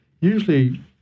Usually